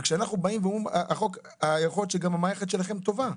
יכול להיות גם שהמערכת שלכם טובה.